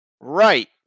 Right